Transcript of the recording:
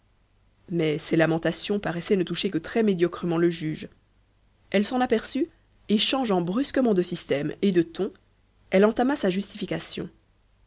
mais ces lamentations paraissaient ne toucher que très médiocrement le juge elle s'en aperçut et changeant brusquement de système et de ton elle entama sa justification